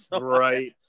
Right